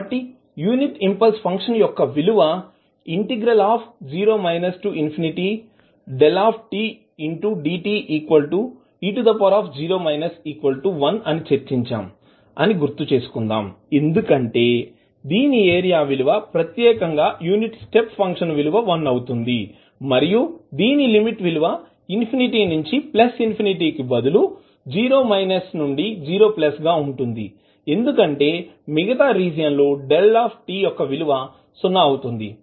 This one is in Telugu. కాబట్టి యూనిట్ ఇంపల్స్ ఫంక్షన్ యొక్క విలువ 0 tdte0 1 అని చర్చించాం అని గుర్తు చేసుకుందాం ఎందుకంటే దీని ఏరియా విలువ ప్రత్యేకంగా యూనిట్ స్టెప్ ఫంక్షన్ విలువ 1 అవుతుంది మరియు దీని లిమిట్ విలువ ఇన్ఫినిటీ నుంచి ప్లస్ ఇన్ఫినిటీ కి బదులు నుండి 0 గా ఉంటుంది ఎందుకంటే మిగతా రీజియన్ లో t యొక్క విలువ సున్నా అవుతుంది